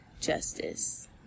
justice